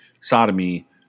sodomy